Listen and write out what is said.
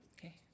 Okay